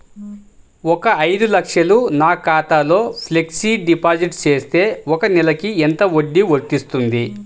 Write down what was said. ఒక ఐదు లక్షలు నా ఖాతాలో ఫ్లెక్సీ డిపాజిట్ చేస్తే ఒక నెలకి ఎంత వడ్డీ వర్తిస్తుంది?